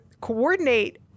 coordinate